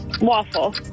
Waffle